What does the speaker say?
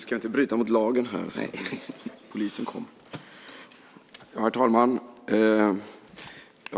Herr talman!